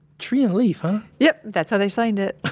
trian leaf, huh? yep. that's how they signed it.